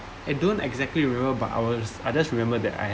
I don't exactly remember but I was I just remember that I